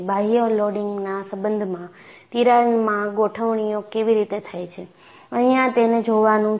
બાહ્ય લોડિંગના સંબંધમાં તિરાડમાં ગોઠવણીઓ કેવી રીતે થાય છે અહિયાં તેને જોવાનું છે